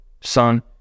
son